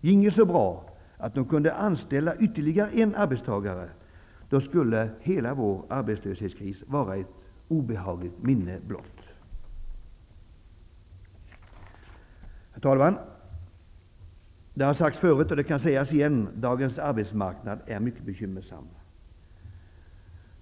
ginge så bra att de kunde anställa ytterligre en arbetstagare, skulle hela vår arbetslöshetskris vara ett obehagligt minne blott. Herr talman! Det har sagts förut, och det kan sägas igen att dagens arbetsmarknad är mycket bekymmersam.